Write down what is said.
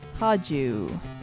Haju